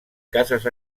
cases